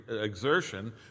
exertion